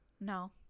No